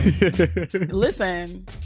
Listen